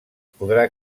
podrà